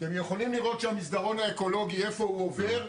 שהמסדרון האקולוגי איפה הוא עובר,